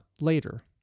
later